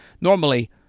normally